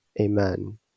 Amen